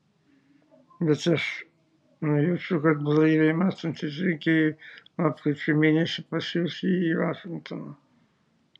bet aš nujaučiu kad blaiviai mąstantys rinkėjai lapkričio mėnesį pasiųs jį į vašingtoną